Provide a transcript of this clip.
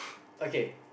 okay